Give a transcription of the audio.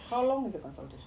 how long is the consultation